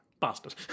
bastard